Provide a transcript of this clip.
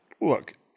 Look